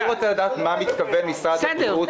אנחנו מאפשרים לכל המטופלים להמשיך במסלול הישן.